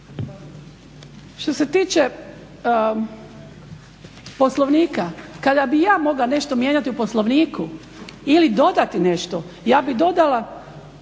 Što se tiče Poslovnika, kada bih ja mogla nešto mijenjati u Poslovniku ili dodati nešto ja bih dodala